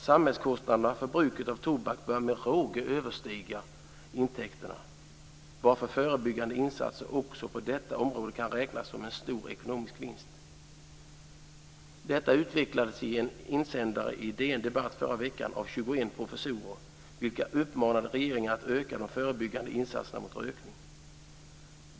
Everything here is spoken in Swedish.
Samhällskostnaderna för bruket av tobak bör med råge överstiga intäkterna, varför förebyggande insatser också på detta område kan räknas som en stor ekonomisk vinst. Detta utvecklades i en insändare i DN-debatt i förra veckan av 21 professorer, vilka uppmanade regeringen att öka de förebyggande insatserna mot rökning.